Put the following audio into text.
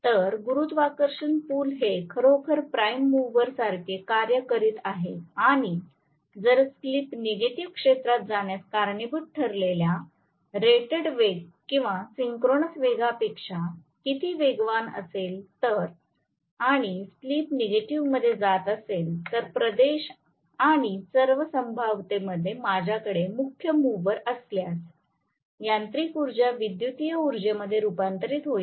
तर गुरुत्वाकर्षण पुल हे खरोखर प्राइम मूव्हर सारखे कार्य करीत आहे आणि जर स्लिप नेगेटिव्ह क्षेत्रात जाण्यास कारणीभूत ठरलेल्या रेटेड वेग किंवा सिंक्रोनस वेगापेक्षा किती वेगवान असेल तर आणि स्लिप नेगेटिव्ह मध्ये जात असेल तर प्रदेश आणि सर्व संभाव्यतेमध्ये माझ्याकडे मुख्य मूव्हर असल्यास यांत्रिक ऊर्जा विद्युतीय उर्जेमध्ये रुपांतरित होईल